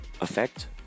effect